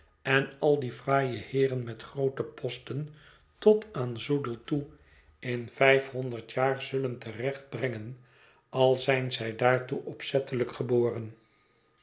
en al die fraaie heeren met groote posten tot aan zoodie toe in vijfhonderd jaar zullen te recht brengen al zijn zij daartoe opzettelijk geboren